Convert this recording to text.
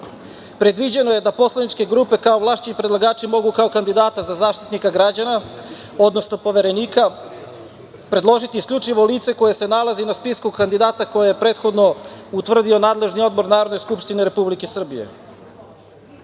Predviđeno je da poslaničke grupe kao ovlašćeni predlagači mogu kao kandidata za Zaštitnika građana, odnosno Poverenika predložiti isključivo lice koje se nalazi na spisku kandidata koji je prethodno utvrdio nadležni odbor Narodne skupštine Republike Srbije.